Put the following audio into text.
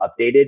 updated